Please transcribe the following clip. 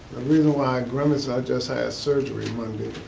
reason why i grimace is i just had surgery monday,